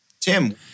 Tim